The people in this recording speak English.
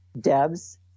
Debs